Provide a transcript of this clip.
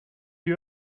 you